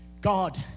God